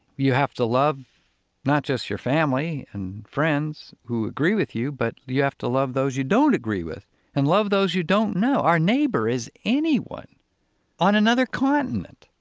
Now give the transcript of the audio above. you have to love not just your family and friends who agree with you, but you have to love those you don't agree with and love those who you don't know. our neighbor is anyone on another continent.